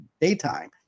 daytime